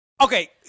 Okay